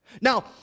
Now